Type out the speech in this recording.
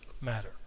matter